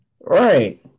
Right